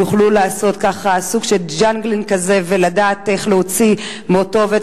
יוכלו לעשות סוג של ג'אגלינג כזה ולדעת איך להוציא מאותו עובד